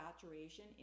saturation